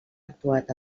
actuat